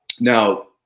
Now